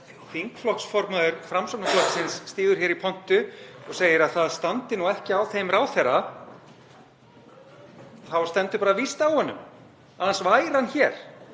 þingflokksformaður Framsóknarflokksins stígur í pontu og segir að það standi ekki á þeim ráðherra þá stendur bara víst á honum, annars væri hann hér